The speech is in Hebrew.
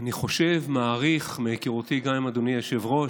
אני חושב, מעריך, מהיכרותי עם אדוני היושב-ראש,